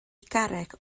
garreg